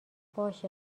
باشه